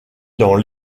dans